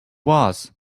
was